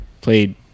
played